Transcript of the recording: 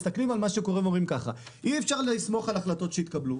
הם מסתכלים על מה שקורה ורואים שאי אפשר לסמוך על החלטות שהתקבלו,